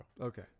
Okay